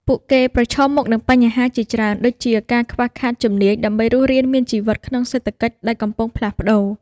ពួកគេប្រឈមមុខនឹងបញ្ហាប្រឈមជាច្រើន ដូចជាការខ្វះខាតជំនាញដើម្បីរស់រានមានជីវិតក្នុងសេដ្ឋកិច្ចដែលកំពុងផ្លាស់ប្តូរ។